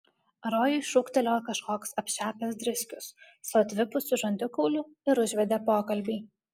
rojui šūktelėjo kažkoks apšepęs driskius su atvipusiu žandikauliu ir užvedė pokalbį